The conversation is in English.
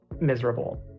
miserable